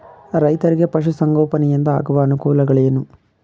ರೈತರಿಗೆ ಪಶು ಸಂಗೋಪನೆಯಿಂದ ಆಗುವ ಅನುಕೂಲಗಳೇನು?